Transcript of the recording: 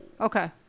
Okay